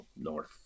North